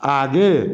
आगे